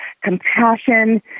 compassion